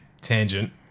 tangent